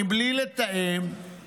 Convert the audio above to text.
בלי לתאם,